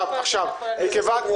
אבל איזו ועדה יכולה להציג את זה?